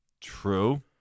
True